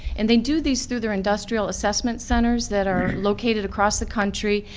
and they do these through their industrial assessment centers that are located across the country,